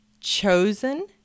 chosen